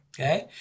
Okay